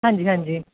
ਹਾਂਜੀ ਹਾਂਜੀ